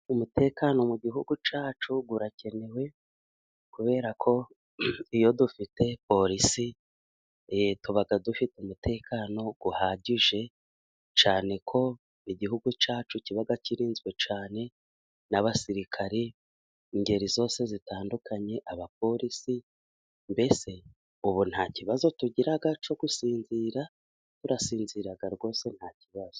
Umutekano mu gihugu cyacu urakenewe kubera ko iyo dufite polisi, tuba dufite umutekano uhagije, cyane ko igihugu cyacu kiba kirinzwe cyane n'abasirikari b'ingeri zose zitandukanye, abapolisi, mbese ubu nta kibazo tugira cyo gusinzira, turasinzira rwose nta kibazo.